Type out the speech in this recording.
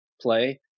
play